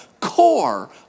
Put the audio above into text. core